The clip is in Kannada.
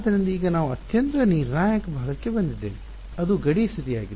ಆದ್ದರಿಂದ ಈಗ ನಾವು ಅತ್ಯಂತ ನಿರ್ಣಾಯಕ ಭಾಗಕ್ಕೆ ಬಂದಿದ್ದೇವೆ ಅದು ಗಡಿ ಸ್ಥಿತಿಯಾಗಿದೆ